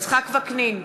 יצחק וקנין,